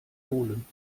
holen